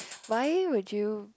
why would you